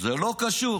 זה לא קשור.